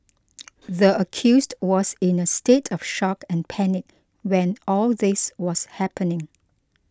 the accused was in a state of shock and panic when all this was happening